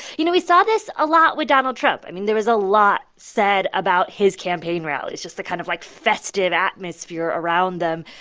you know, we saw this a lot with donald trump. i mean, there was a lot said about his campaign rallies, just the kind of, like, festive atmosphere around them.